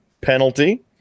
penalty